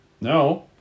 No